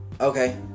Okay